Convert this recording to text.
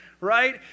right